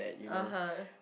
(uh huh)